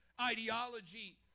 ideology